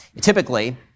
Typically